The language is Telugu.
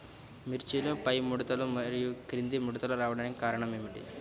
మిర్చిలో పైముడతలు మరియు క్రింది ముడతలు రావడానికి కారణం ఏమిటి?